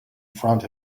front